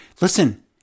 Listen